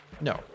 No